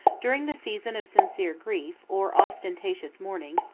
during the season of sincere grief, or ostentatious mourning,